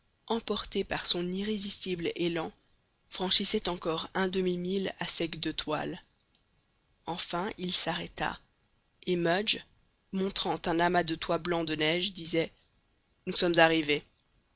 emporté par son irrésistible élan franchissait encore un demi-mille à sec de toile enfin il s'arrêta et mudge montrant un amas de toits blancs de neige disait nous sommes arrivés